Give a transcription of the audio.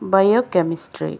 biochemistry